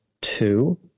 two